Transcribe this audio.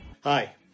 Hi